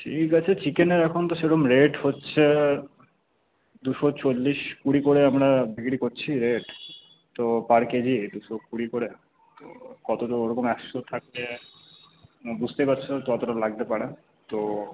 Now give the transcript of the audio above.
ঠিক আছে চিকেনের এখন তো সেরকম রেট হচ্ছে দুশো চল্লিশ কুড়ি করে আমরা বিক্রি করছি রেট তো পার কেজি দুশো কুড়ি করে ওরকম একশো থাকে বুঝতেই পারছেন কতটা লাগতে পারে তো